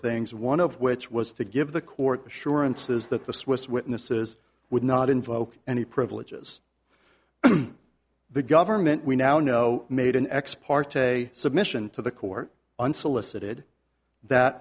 things one of which was to give the court the surance is that the swiss witnesses would not invoke any privileges the government we now know made an ex parte submission to the court unsolicited that